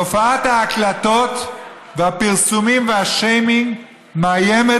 תופעת ההקלטות והפרסומים והשיימינג מאיימת